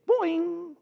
boing